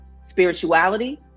spirituality